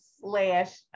slash